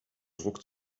druck